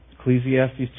Ecclesiastes